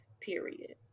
period